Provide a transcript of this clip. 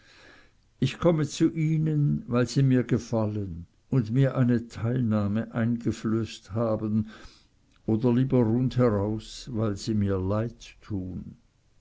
ich komme zu ihnen weil sie mir gefallen und mir eine teilnahme eingeflößt haben oder lieber rundheraus weil sie mir leid tun